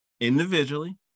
individually